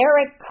Eric